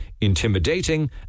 intimidating